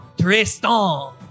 Tristan